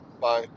Bye